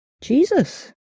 Jesus